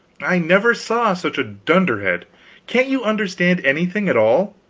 i never saw such a dunderhead can't you understand anything at all?